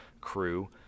crew